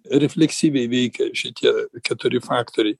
refleksyviai veikia šitie keturi faktoriai